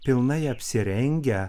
pilnai apsirengę